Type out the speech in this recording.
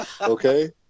Okay